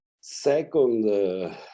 Second